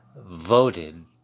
voted